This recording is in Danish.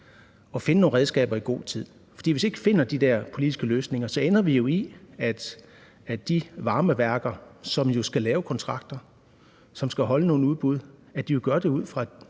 og finde nogle redskaber i god tid. For hvis ikke vi finder de der politiske løsninger, ender vi jo med, at de varmeværker, som jo skal lave kontrakter, og som skal holde nogle udbud, vil gøre det ud fra